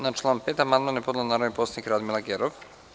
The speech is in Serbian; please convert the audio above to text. Na član 5. amandman je podnela narodni poslanik Radmila Gerov.